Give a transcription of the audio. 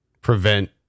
prevent